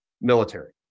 military